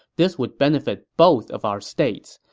this would benefit both of our states,